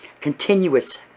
continuous